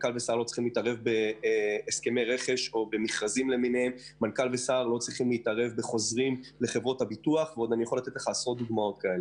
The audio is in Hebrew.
בהסכמי רכש, במכרזים, בחוזרים וכולי.